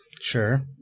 Sure